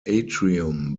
atrium